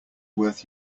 worth